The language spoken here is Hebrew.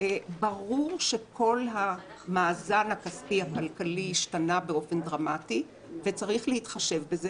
ברור שכל המאזן הכספי הכלכלי השתנה באופן דרמטי וצריך להתחשב בזה